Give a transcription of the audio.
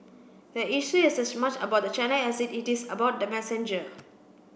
the issue is as much about the channel as it is about the messenger